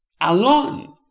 alone